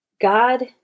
God